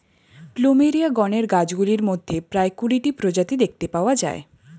plumeria গণের গাছগুলির মধ্যে প্রায় কুড়িটি প্রজাতি দেখতে পাওয়া যায়